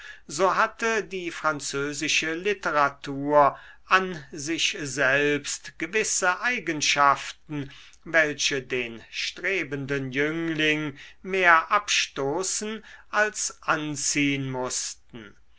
so hatte die französische literatur an sich selbst gewisse eigenschaften welche den strebenden jüngling mehr abstoßen als anziehn mußten